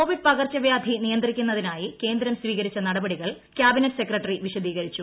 Covid പകർച്ചവൃാധി നിയന്ത്രിക്കുന്നതിനായി കേന്ദ്രം സ്വീകരിച്ച നടപടികൾ കാബിനറ്റ് സെക്രട്ടറി വിശദീകരിച്ചു